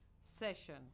session